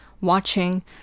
watching